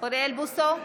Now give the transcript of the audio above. אוריאל בוסו,